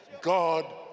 God